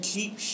Keep